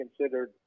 considered